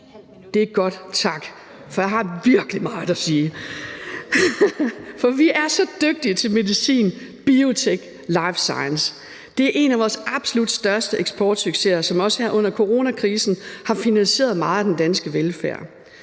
Det er godt, tak, for jeg har virkelig meget at sige. For vi er så dygtige til medicin, biotech, life science. Det er en af vores absolut største eksportsucceser, som også her under coronakrisen har finansieret meget af den danske velfærd.